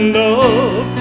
love